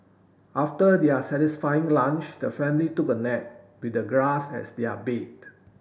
after their satisfying lunch the family took a nap with the grass as their bed